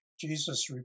Jesus